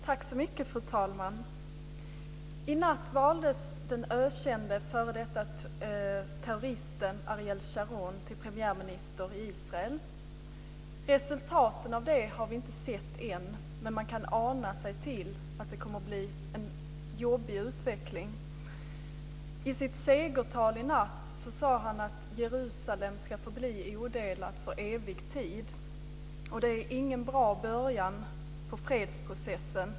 Fru talman! I natt valdes den ökände f.d. terroristen Ariel Sharon till premiärminister i Israel. Resultaten av det har vi inte sett än, men man kan ana sig till att det kommer att bli en jobbig utveckling. I sitt segertal i natt sade han att Jerusalem ska förbli odelat för evig tid. Det är ingen bra början på fredsprocessen.